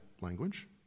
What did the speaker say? language